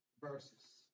verses